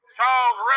Charles